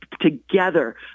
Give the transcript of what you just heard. together